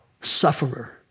sufferer